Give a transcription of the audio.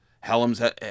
Helms